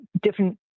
different